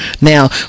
Now